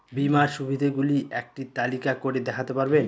বীমার সুবিধে গুলি একটি তালিকা করে দেখাতে পারবেন?